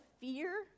fear